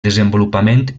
desenvolupament